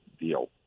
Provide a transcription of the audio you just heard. deal